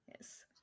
Yes